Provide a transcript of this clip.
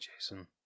Jason